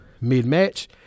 mid-match